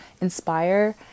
inspire